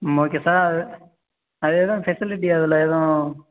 ம் okay sir அது அது எதுவும் ஃபெசிலிட்டி அதில் எதுவும்